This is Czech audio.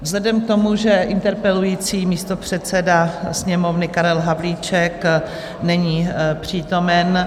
Vzhledem k tomu, že interpelující místopředseda Sněmovny Karel Havlíček není přítomen...